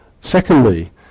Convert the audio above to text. Secondly